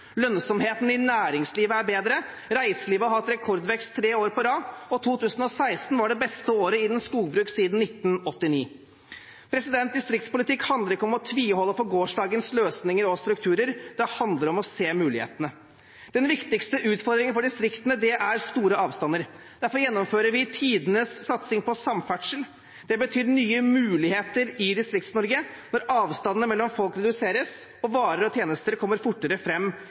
Lønnsomheten i næringslivet er bedre. Reiselivet har hatt rekordvekst tre år på rad. 2016 var det beste året innen skogbruk siden 1989. Distriktspolitikk handler ikke om å tviholde på gårsdagens løsninger og strukturer, det handler om å se mulighetene. Den viktigste utfordringen for distriktene er store avstander. Derfor gjennomfører vi tidenes satsing på samferdsel. Det betyr nye muligheter i Distrikts-Norge når avstandene mellom folk reduseres og varer og tjenester kommer fortere